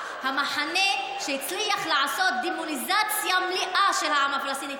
המחנה שהצליח לעשות דמוניזציה מלאה של העם הפלסטיני.